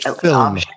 film